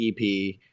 EP